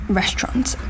restaurants